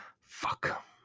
Fuck